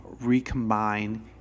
recombine